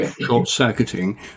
short-circuiting